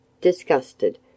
disgusted